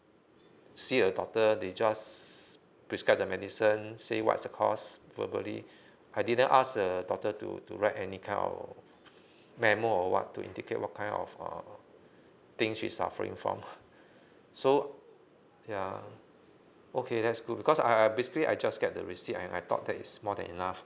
see a doctor they just prescribe the medicine say what is the because verbally I didn't ask the doctor to to write any kind of memo or what to indicate what kind of uh thing she's suffering from so ya okay that's good because I I basically I just get the receipt and I thought that is more than enough